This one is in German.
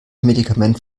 medikament